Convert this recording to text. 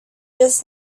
just